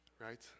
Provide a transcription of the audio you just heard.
Right